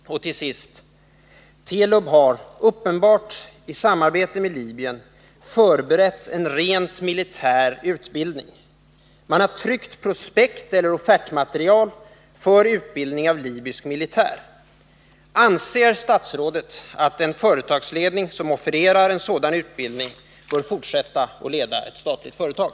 Till sist: Telub har uppenbart i samarbete med Libyen förberett en rent militär utbildning, man har tryckt prospekt eller offertmaterial för utbildning av libysk militär. Anser statsrådet att en företagsledning som offererar en sådan utbildning bör fortsätta att leda ett statligt företag?